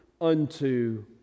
unto